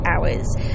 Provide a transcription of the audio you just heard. hours